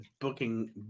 booking